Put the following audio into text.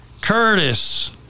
Curtis